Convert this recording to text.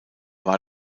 war